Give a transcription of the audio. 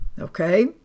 Okay